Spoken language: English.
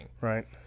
Right